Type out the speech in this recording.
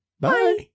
Bye